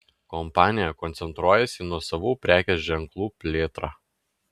kompanija koncentruojasi į nuosavų prekės ženklų plėtrą